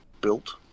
built